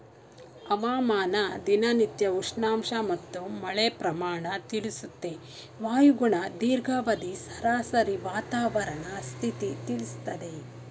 ಹವಾಮಾನ ದಿನನಿತ್ಯ ಉಷ್ಣಾಂಶ ಮತ್ತು ಮಳೆ ಪ್ರಮಾಣ ತಿಳಿಸುತ್ತೆ ವಾಯುಗುಣ ದೀರ್ಘಾವಧಿ ಸರಾಸರಿ ವಾತಾವರಣ ಸ್ಥಿತಿ ತಿಳಿಸ್ತದೆ